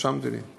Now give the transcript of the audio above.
רשמתי לי.